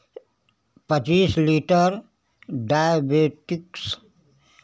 पच्चीस litre diabetics